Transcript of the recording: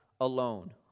alone